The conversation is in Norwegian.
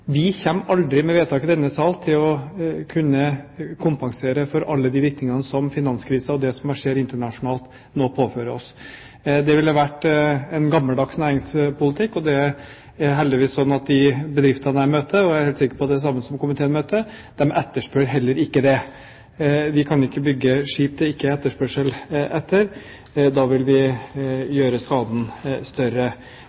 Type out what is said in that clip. Vi kommer aldri med vedtak i denne sal til å kunne kompensere for alle de virkningene som finanskrisen og det som skjer internasjonalt, nå påfører oss. Det ville vært en gammeldags næringspolitikk, og det er heldigvis sånn at de bedriftene jeg møter – og jeg er helt sikker på at det er de samme som komiteene møter – etterspør heller ikke det. Vi kan ikke bygge skip det ikke er etterspørsel etter. Da ville vi